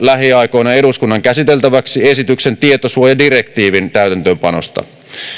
tuon lähiaikoina eduskunnan käsiteltäväksi esityksen tietosuojadirektiivin täytäntöönpanosta